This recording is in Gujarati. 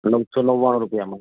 નવસો નવ્વાણું રૂપિયામાં